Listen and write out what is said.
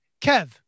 Kev